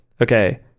Okay